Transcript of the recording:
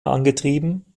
angetrieben